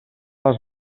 les